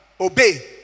obey